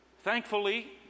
Thankfully